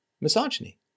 misogyny